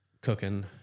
cooking